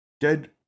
dead